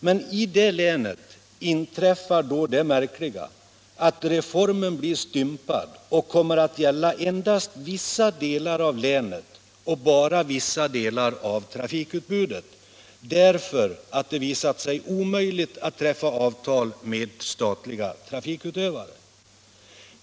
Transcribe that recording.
Men där inträffar då det märkliga att reformen blir stympad och kommer att gälla endast vissa delar av länet och bara vissa delar av trafikutbudet därför att det visat sig omöjligt att träffa avtal med statliga trafikutövare.